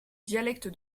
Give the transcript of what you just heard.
dialecte